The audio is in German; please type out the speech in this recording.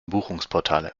buchungsportale